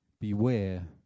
Beware